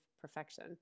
perfection